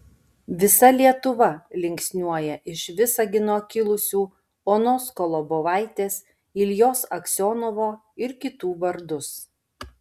visa lietuva linksniuoja iš visagino kilusių onos kolobovaitės iljos aksionovo ir kitų vardus